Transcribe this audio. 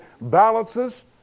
balances